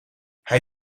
hij